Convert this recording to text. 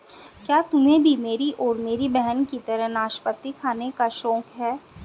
क्या तुम्हे भी मेरी और मेरी बहन की तरह नाशपाती खाने का शौक है?